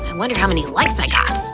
wonder how many likes i got!